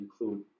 include